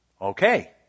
Okay